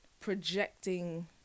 projecting